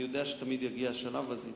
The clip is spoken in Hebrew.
אני יודע שתמיד יגיע השלב הזה אתך,